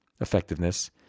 effectiveness